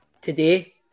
today